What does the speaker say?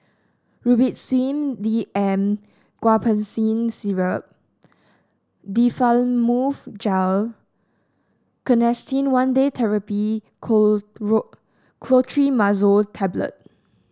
Robitussin D M Guaiphenesin Syrup Difflam Mouth Gel Canesten one Day Therapy Clotrimazole Tablet